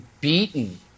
beaten